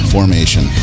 Formation